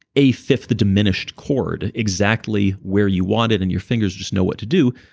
a fifth diminished chord exactly where you want it, and your fingers just know what to do,